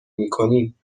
میکنیم